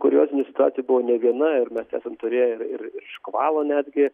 kuriozinė situacija buvo ne viena ir mes esam turėję ir ir ir škvalo netgi